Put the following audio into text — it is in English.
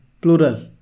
Plural